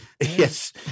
Yes